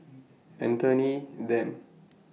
Anthony Then